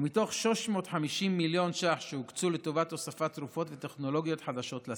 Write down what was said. מתוך 350 מיליון ש"ח שהוקצו לטובת הוספת תרופות וטכנולוגיות חדשות לסל: